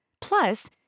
Plus